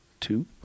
two